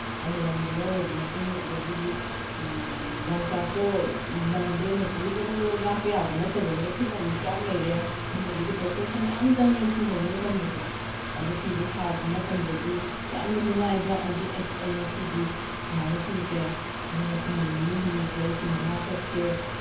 ꯑꯩꯅ ꯂꯪꯗꯣ ꯂꯧꯔꯨꯔꯕ ꯃꯇꯨꯡ ꯑꯗꯒꯤꯗꯤ ꯂꯪꯆꯥꯛꯇꯣ ꯂꯪꯗꯣ ꯃꯦꯆꯤꯟꯅ ꯖꯣꯔꯣ ꯖꯣꯔꯣ ꯆꯥꯛꯄ ꯌꯥꯕ ꯅꯠꯇꯕꯅꯤꯅ ꯈꯨꯠꯅ ꯑꯃꯨꯛ ꯆꯥꯛ ꯂꯩꯔꯦ ꯑꯗꯒꯤꯗꯤ ꯄ꯭ꯔꯣꯁꯦꯁꯇꯣ ꯃꯌꯥꯝ ꯆꯪꯏ ꯐꯤ ꯍꯧꯕ ꯃꯇꯝꯗꯁꯨ ꯑꯗꯨ ꯐꯤꯗꯣ ꯁꯥꯔꯛꯄ ꯃꯇꯝꯗꯗꯤ ꯌꯥꯝꯅ ꯅꯨꯡꯉꯥꯏꯕ ꯍꯥꯏꯗꯤ ꯑꯦ ꯑꯩ ꯉꯁꯤꯗꯤ ꯁꯨꯃꯥꯏꯅ ꯐꯤꯁꯦ ꯉꯁꯤ ꯅꯨꯃꯤꯠ ꯅꯤꯅꯤ ꯍꯨꯝꯅꯤꯁꯤꯗ ꯑꯩ ꯐꯤ ꯃꯉꯥ ꯀꯛꯀꯦ